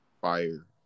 fire